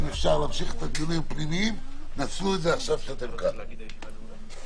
הישיבה ננעלה בשעה 14:13.